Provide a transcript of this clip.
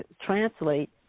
translate